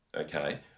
Okay